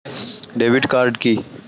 Debit card key?